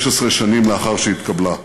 16 שנים לאחר שהתקבלה.